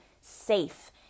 safe